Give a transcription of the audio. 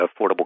Affordable